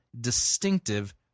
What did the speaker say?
distinctive